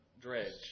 Dredge